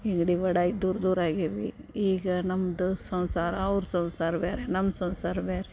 ಈಗ ಡಿವೈಡಾಗ್ ದೂರ ದೂರ ಆಗ್ಯೇವಿ ಈಗ ನಮ್ಮದು ಸಂಸಾರ ಅವ್ರ ಸಂಸಾರ ಬೇರೆ ನಮ್ಮ ಸಂಸಾರ ಬೇರೆ